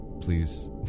Please